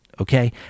okay